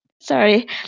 Sorry